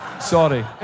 sorry